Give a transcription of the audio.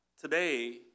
today